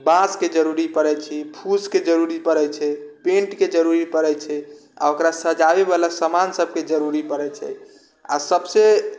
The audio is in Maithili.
बाँसके जरुरी पड़ै छै फूसके जरुरी पड़ै छै पेन्ट के जरुरी पड़ै छै आओर ओकरा सजाबै बला समान सभके जरुरी पड़ै छै आ सभसँ